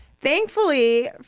Thankfully